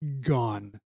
gone